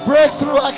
breakthrough